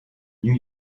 new